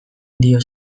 dio